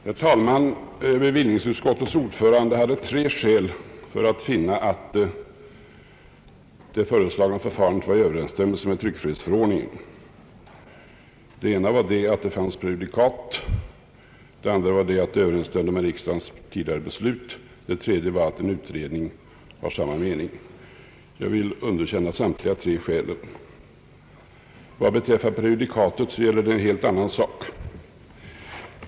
Herr talman! = Bevillningsutskottets ordförande anförde tre skäl för att det av utskottet föreslagna förfarandet står i överensstämmelse med tryckfrihetsförordningen. Det första skälet var att det fanns prejudikat, det andra var att det överensstämde med riksdagens tidigare beslut och det tredje var att en utredning var av samma mening. Jag vill underkänna samtliga tre skäl. Vad beträffar prejudikatet gäller det en helt annan sak.